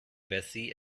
bessie